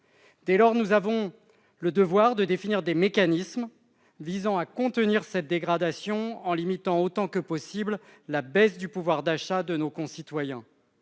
Dès lors, nous avons le devoir de définir des mécanismes visant à contenir une telle dégradation, en limitant autant que possible la baisse du pouvoir d'achat de nos concitoyens.